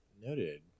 Noted